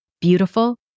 Beautiful